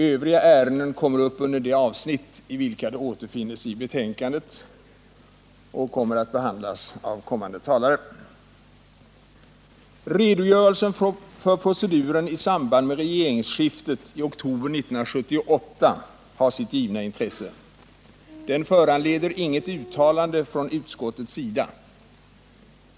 Övriga ärenden kommer upp under de avsnitt i vilka de återfinns i betänkandet och kommer att behandlas av kommande talare. Redogörelsen för proceduren i samband med regeringsskiftet i oktober 1978 har sitt givna intresse. Den föranleder inget uttalande från utskottets sida.